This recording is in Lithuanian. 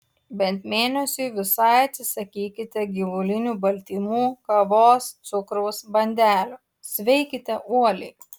bent mėnesiui visai atsisakykite gyvulinių baltymų kavos cukraus bandelių sveikite uoliai